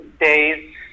days